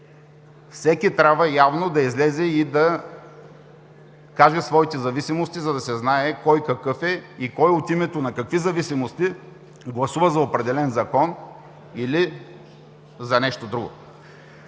Всеки трябва явно да излезе и да каже своите зависимости, за да се знае кой какъв е и кой от името на какви зависимости гласува за определен закон или за нещо друго.